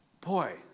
Boy